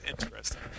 interesting